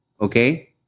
Okay